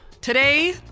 Today